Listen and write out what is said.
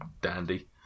dandy